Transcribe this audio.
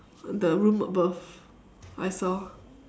the room above I saw